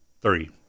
Three